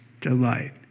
delight